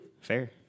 fair